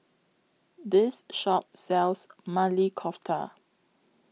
This Shop sells Maili Kofta